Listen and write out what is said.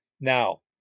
Now